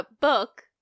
book